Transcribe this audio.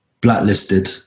blacklisted